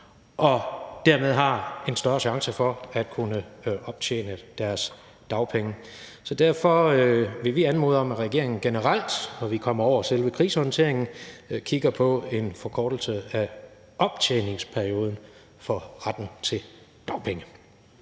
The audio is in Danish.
og dermed har en større chance for at kunne optjene deres dagpenge. Så derfor vil vi anmode om, at regeringen generelt, når vi kommer over selve krisehåndteringen, kigger på en forkortelse af optjeningsperioden for retten til dagpenge.